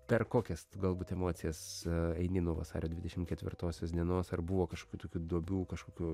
per kokias galbūt emocijas eini nuo vasario dvidešim ketvirtosios dienos ar buvo kažkokių tokių duobių kažkokių